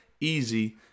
easy